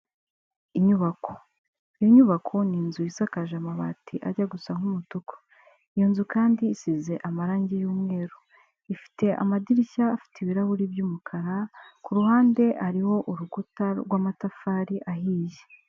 Inyubako: iyo nyubako ni inzu isakaje amabati ajya gusa nk'umutuku, iyo nzu kandi isize amarangi y'umweru, ifite amadirishya afite ibirahuri by'umukara, ku ruhande hariho urukuta rw'amatafari ahiye.